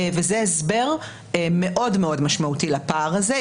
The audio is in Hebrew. וזה הסבר מאוד מאוד משמעותי לפער הזה.